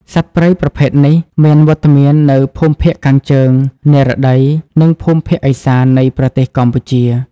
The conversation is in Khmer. សត្វព្រៃប្រភេទនេះ មានវត្តមាននៅភូមិភាគខាងជើង និរតី និងភូមិភាគឦសាន នៃប្រទេសកម្ពុជា។